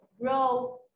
grow